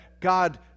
God